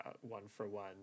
one-for-one